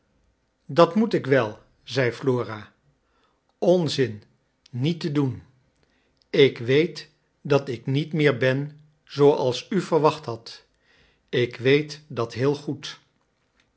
dat moet ik wel zei flora onzin niet te doen ik weet dat ik niet meer ben zooals u verwacht hadt ik weet dat heel goed